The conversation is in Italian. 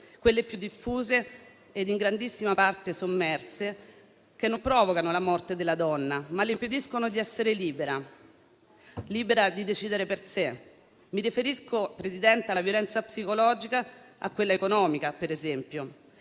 quelle più diffuse e in grandissima parte sommerse, che non provocano la morte della donna, ma le impediscono di essere libera; libera di decidere per sé. Mi riferisco, Presidente, alla violenza psicologica e a quella economica, per esempio.